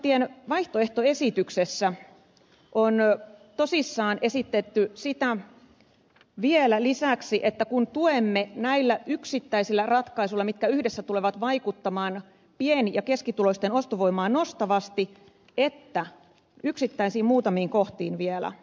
sosialidemokraattien vaihtoehtoesityksessä on tosissaan esitetty vielä näiden ratkaisujen lisäksi mitkä yhdessä tulevat vaikuttamaan pieni ja keskituloisten ostovoimaa nostavasti muutamia yksittäisiä kohtia